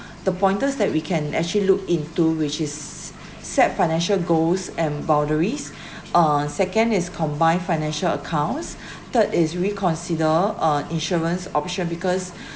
the pointers that we can actually look into which is s~ set financial goals and boundaries uh second is combine financial accounts third is reconsider uh insurance option because